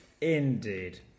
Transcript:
Indeed